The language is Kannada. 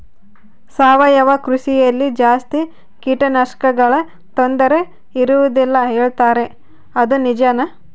ಸಾವಯವ ಕೃಷಿಯಲ್ಲಿ ಜಾಸ್ತಿ ಕೇಟನಾಶಕಗಳ ತೊಂದರೆ ಇರುವದಿಲ್ಲ ಹೇಳುತ್ತಾರೆ ಅದು ನಿಜಾನಾ?